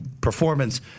performance